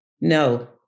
No